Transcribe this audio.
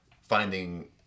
finding